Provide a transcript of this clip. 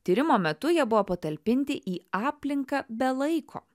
tyrimo metu jie buvo patalpinti į aplinką be laiko